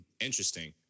interesting